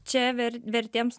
čia ver vertėms